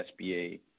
SBA